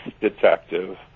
detective